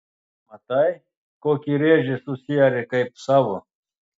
matai kokį rėžį susiarė kaip savo